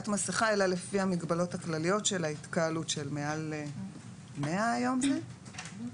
מהמגבלה הכללית על התקהלות, שהיום היא 100 בפנים.